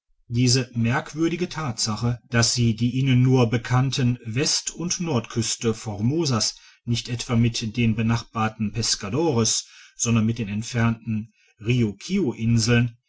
diese merkwürdige tatsache dass sie die ihnen nur bekannte west und nordküste formosas nicht etwa mit den benachbarten pescadores sondern mit den entfernten